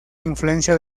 influencia